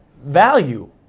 value